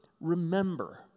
remember